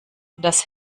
das